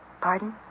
Pardon